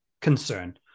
concern